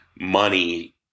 money